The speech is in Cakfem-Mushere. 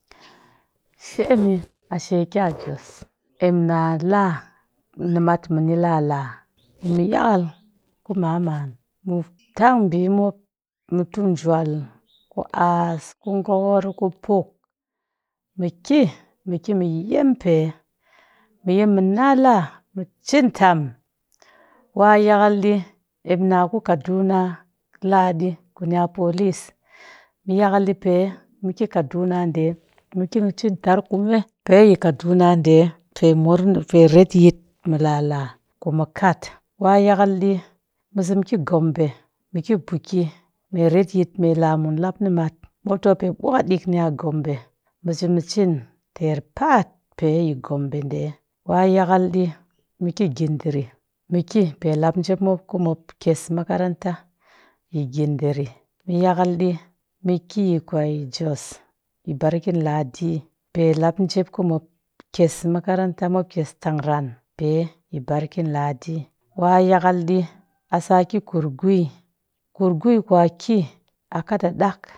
She ni, a she kya jos emna laa nimat muni lala mɨ yakal ku mama ma mu tang ɓii mop mu tu jwal ku ass ku gokor ku puk mɨki mɨ ki yem pee, mu yem mɨ na laa mɨ cin tam. Wa yakal ɗi, emna ku kaduna la ɗi kunya police, mɨ yakal ɗi pee mɨ kaduna ɗe mɨ ki mɨ cin tar kume pe yi kaduna ɗe pe mur pe retyit mɨ lala ku mu kat. Wa a yakal ɗi mɨ sa mɨ ki gombe mɨ ki buki, me retyit me la mun lap nimat mop ti mop pe mwakat a gombe mɨ sa mɨ cin ter paat pe yi gombe ɗe. Wa a yakal ɗi mɨ ki gindiri mɨ ki pe lap njep mop ku kyes makaranta, yɨ gindiri. mɨ wa mɨ yakal ɗɨ mɨ ki kwe jos yi barkinladi pe lap njep ku kyes makaranta mop kyes tang ran pee yi barkin ladi. Wa yakal ɗi, a sa ki kurgwi, kurgwi ku a sa ki a kat a ɗak.